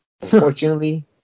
Unfortunately